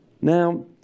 Now